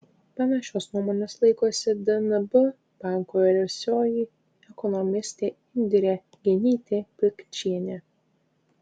panašios nuomonės laikosi dnb banko vyriausioji ekonomistė indrė genytė pikčienė